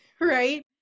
Right